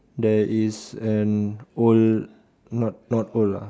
there is an old not not old lah